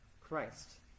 Christ